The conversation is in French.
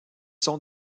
sont